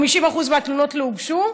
50% מהתלונות לא הוגשו,